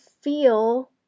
feel